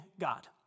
God